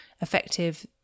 effective